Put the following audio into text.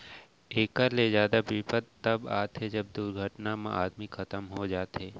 एकर ले जादा बिपत तव आथे जब दुरघटना म आदमी खतम हो जाथे